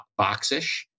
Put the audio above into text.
boxish